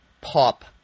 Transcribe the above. pop